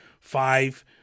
five